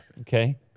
Okay